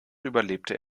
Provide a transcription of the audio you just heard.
überlebte